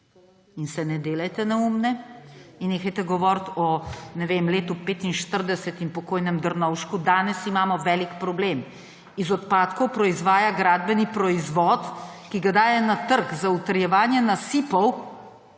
in se ne delajte neumnega in nehajte govoriti, ne vem, o letu 1945 in pokojnem Drnovšku, danes imamo velik problem. Iz odpadkov proizvaja gradbeni proizvod, ki ga daje na trg za utrjevanje nasipov,